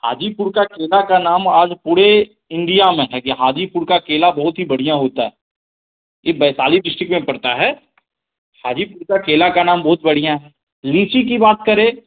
हाजीपुर का केला के नाम आज पूरे इंडिया में है कि हाजीपुर का केला बहुत ही बढ़िया होता है यह वैशाली डिस्ट्रिक्ट में पड़ता है हाजीपुर के केले का नाम बहुत बढ़िया है लीची की बात करें